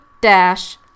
dash